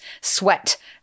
sweat